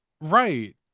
right